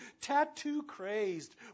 tattoo-crazed